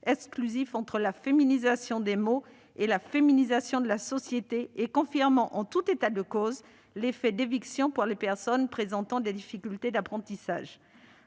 exclusif entre la féminisation des mots et la féminisation de la société et confirmant, en tout état de cause, l'effet d'éviction pour les personnes présentant des difficultés d'apprentissage.